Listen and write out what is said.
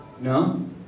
No